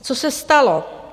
Co se stalo?